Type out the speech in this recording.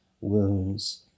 wounds